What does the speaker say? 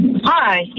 Hi